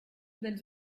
dels